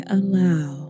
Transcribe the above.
allow